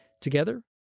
Together